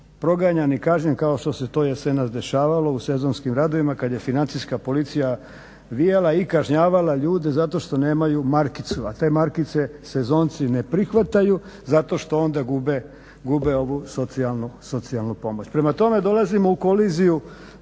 proganjan i kažnjen kao što se to jesenas dešavalo u sezonskim radovima kad je Financijska policija vijala i kažnjavala ljude zato što nemaju markicu. A te markice sezonci ne prihvaćaju zato što onda gube ovu socijalnu pomoć. Prema tome, dolazimo u koliziju